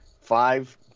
five